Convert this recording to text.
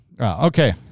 okay